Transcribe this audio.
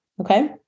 Okay